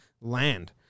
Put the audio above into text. land